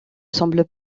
semble